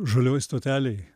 žalioj stotelėj